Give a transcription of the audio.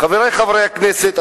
חברי חברי הכנסת,